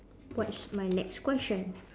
what is my next question